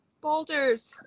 Boulders